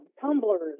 tumblers